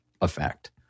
effect